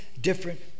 different